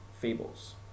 Fables